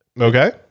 Okay